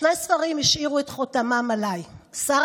שני ספרים השאירו את חותמם עליי: "שרה